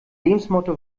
lebensmotto